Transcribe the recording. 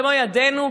במו ידינו,